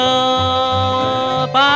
up